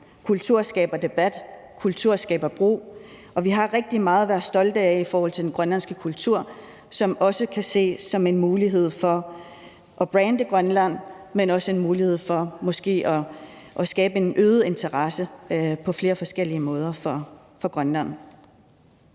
Kultur skaber debat, kultur skaber bro, og vi har rigtig meget at være stolte af i forhold til den grønlandske kultur, som også kan ses som en mulighed for at brande Grønland, men også en mulighed for måske at skabe en øget interesse for Grønland på flere forskellige måder. Der er ingen